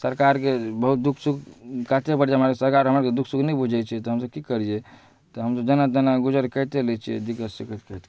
सरकारके बहुत दुख सुख काटै पड़ै छै हमरा सरकार हमरा आओरके दुख सुख नहि बुझै छै तऽ हमसभ कि करिए तऽ हमसभ जेना तेना गुजर करिए लै छिए दिक्कत सिक्कत काटिके